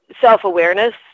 self-awareness